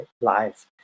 life